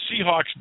Seahawks